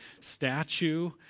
statue